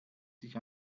sich